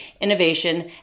innovation